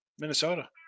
Minnesota